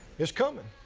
it's coming.